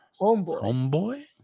Homeboy